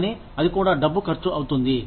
కానీ అది కూడా డబ్బు ఖర్చు అవుతుంది